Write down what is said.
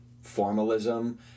formalism